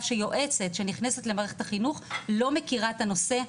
שיועצת שנכנסת למערכת החינוך לא מכירה את הנושא,